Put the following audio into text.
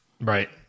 Right